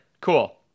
Cool